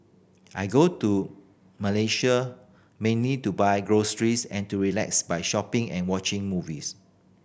I go to Malaysia mainly to buy groceries and to relax by shopping and watching movies